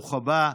ברוך הבא.